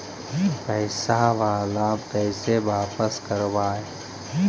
पैसा बाला कैसे बापस करबय?